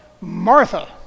Martha